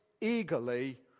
eagerly